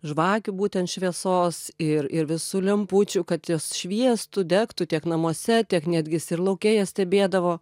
žvakių būtent šviesos ir ir visų lempučių kad jos šviestų degtų tiek namuose tiek netgi is ir lauke jas stebėdavo